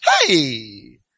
Hey